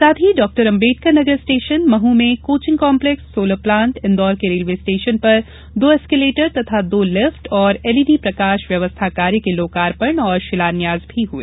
साथ ही डॉ अम्बेडकर नगर स्टेशन महू में coaching complex solar plant Indore के रेलवे स्टेशन पर दो एस्केलेटर तथा दो लिफ्ट और एलईडी प्रकाश व्यवस्था कार्य के लोकार्पण और शिलान्यास भी हुए